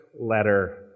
letter